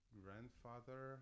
grandfather